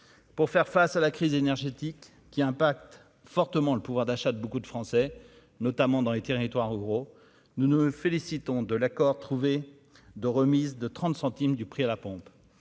pour faire face à la crise énergétique qui impacte fortement le pouvoir d'achat de beaucoup de Français, notamment dans les territoires ruraux, nous nous félicitons de l'accord trouvé de remise de 30 centimes du prix à la pompe,